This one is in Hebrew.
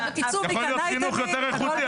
יכול להיות חינוך יותר איכותי.